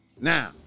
Now